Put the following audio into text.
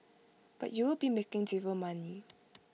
but you'll be making zero money